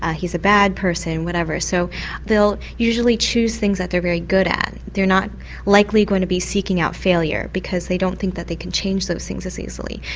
ah he's a bad person, whatever. so they'll usually choose things that they're very good at, they're not likely going to be seeking out failure because they don't think they can change those things as easily.